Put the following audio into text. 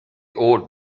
old